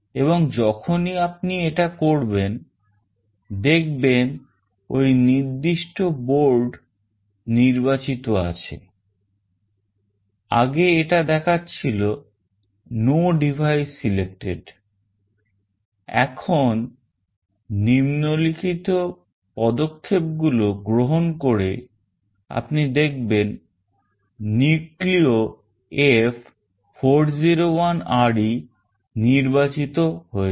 এবং যখনই আপনি এটা করবেন দেখবেন ওই নির্দিষ্ট board নির্বাচিত আছে আগে এটা দেখাচ্ছিলো no device selected এখন নিম্নলিখিত পদক্ষেপগুলো গ্রহণ করে আপনি দেখবেন NucleoF401RE নির্বাচিত হয়েছে